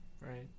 Right